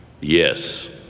Yes